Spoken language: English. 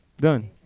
done